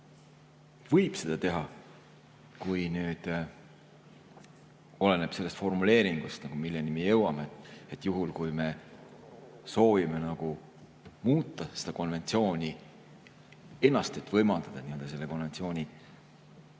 võib seda teha. Oleneb sellest formuleeringust, milleni me jõuame. Juhul kui me soovime muuta seda konventsiooni ennast, et võimaldada selle konventsiooni